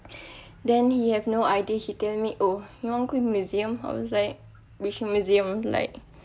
then he have no idea he tell me oh you want to go to museum I was like which museum like